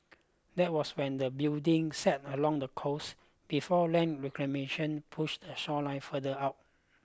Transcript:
that was when the building sat along the coast before land reclamation push the shoreline further out